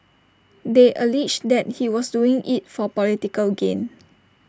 they alleged that he was doing IT for political gain